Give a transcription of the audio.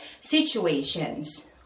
situations